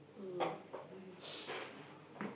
mm